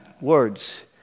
words